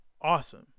awesome